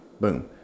Boom